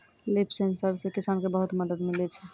लिफ sensor से किसान के बहुत मदद मिलै छै